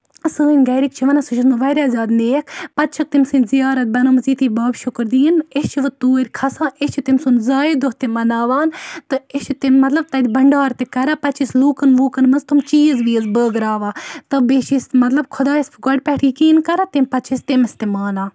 سٲنۍ گرِکۍ چھِ وَنان سُہ چھُ اوسمُت واریاہ زیادٕ نیک پَتہٕ چھِ تٔمۍ سٕنٛز زِیارات بَنٲومٕژ ییٚتی باب شُکُردیٖن أسۍ چھِ وۄنۍ توٗر کھسان أسۍ چھِ تٔمۍ سُند زایہِ دۄہ تہِ مَناوان تہٕ أسۍ چھِ تِم مطلب تِتہِ بَنڈارٕ تہِ کران پتہٕ چھِ أسھ لوٗکن ووٗکن منٛز تِم چیز ویز بٲگراوان یہِ چھِ أسۍ مطلب خۄدایس گۄڈٕپیٹھٕے یقین کران تمہِ پتہٕ چھِ أسۍ تٔمِس تہِ مانان